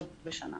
לא בשנה,